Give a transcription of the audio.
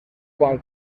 quan